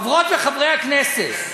חברות וחברי הכנסת,